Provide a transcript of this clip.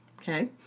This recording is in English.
Okay